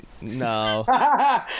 No